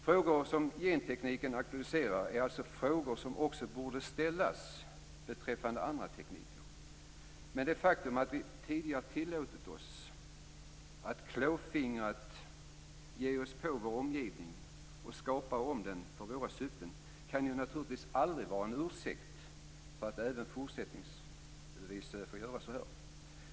Frågor som gentekniken aktualiserar är alltså frågor som också borde ställas beträffande andra tekniker, men det faktum att vi tidigare har tillåtit oss att klåfingrigt ge oss på vår omgivning och skapa om den för våra syften, kan naturligtvis aldrig vara en ursäkt för att även fortsättningsvis få göra så.